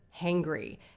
hangry